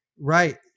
right